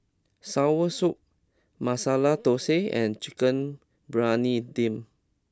Soursop Masala Thosai and Chicken Briyani Dum